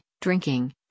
drinking